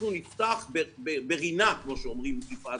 אנחנו נפתח ברינה כמו שאומרים, יפעת.